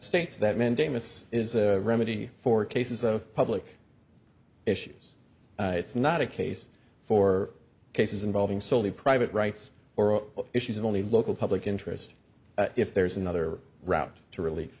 states that mandamus is a remedy for cases of public issues it's not a case for cases involving solely private rights or issues of only local public interest if there's another route to rel